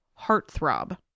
heartthrob